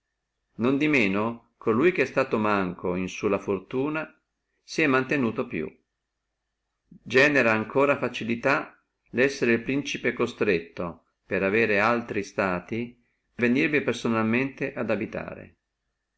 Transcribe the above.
non di manco colui che è stato meno sulla fortuna si è mantenuto più genera ancora facilità essere el principe constretto per non avere altri stati venire personaliter ad abitarvi